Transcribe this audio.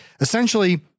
Essentially